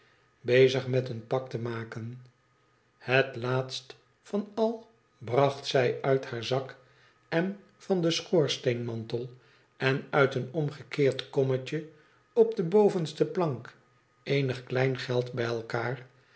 bezig met een pak te maken het laatst van al bracht zij uit haar zak en van den schoorsteenmantel en uit een omgekeerd kommetje op de bovenste plank eenig kleingeld bij elkaar